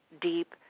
deep